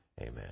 amen